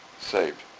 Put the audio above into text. saved